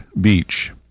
Beach